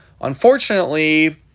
unfortunately